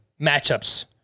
matchups